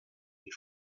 des